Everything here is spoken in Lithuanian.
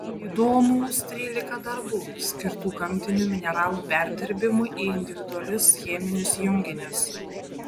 įdomūs trylika darbų skirtų gamtinių mineralų perdirbimui į individualius cheminius junginius